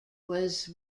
was